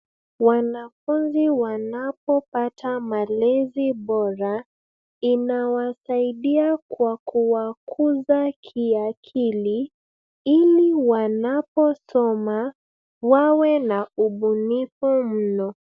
Wanafunzi waanpopata malezi bora inawasaidai kwa kuwakuza kiakili ili wanaposoma wawe na ubunifu mno.